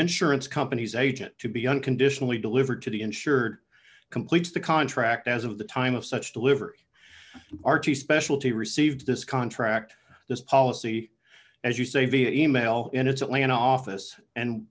insurance companies agent to be unconditionally delivered to the insured completes the contract as of the time of such delivery are to specialty received this contract this policy as you say via email and it's only an office and